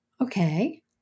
Okay